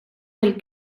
del